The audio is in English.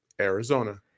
Arizona